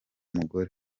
mugore